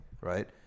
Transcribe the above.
Right